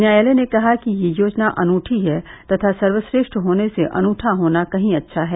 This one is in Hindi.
न्यायालय ने कहा कि यह योजना अनूठी है तथा सर्वश्रेष्ठ होने से अनूठा होना कहीं अच्छा है